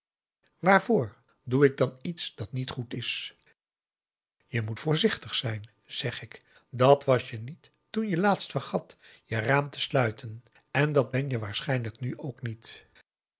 waarvoor doe ik dan iets dat niet goed is je moet voorzichtig zijn zeg ik dat was je niet toen je laatst vergat je raam te sluiten en dat ben je waarschijnlijk nu ook niet